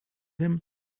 him